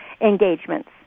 engagements